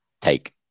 take